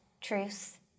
truth